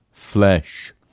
Flesh